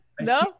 No